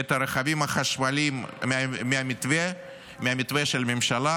את הרכבים החשמליים מהמתווה של הממשלה,